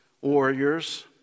warriors